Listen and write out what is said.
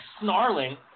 snarling